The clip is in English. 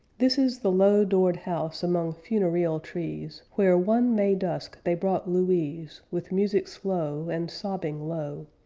this is the low-doored house among funereal trees, where one may dusk they brought louise, with music slow, and sobbing low,